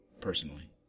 personally